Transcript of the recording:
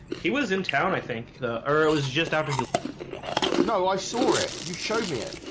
he was in town. i think the error was just after he'll know. i saw it. you showed me it.